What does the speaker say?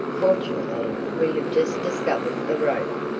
fortunately we have just discovered the rope.